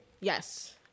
Yes